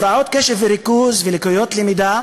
הפרעות קשב וריכוז ולקויות למידה